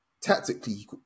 tactically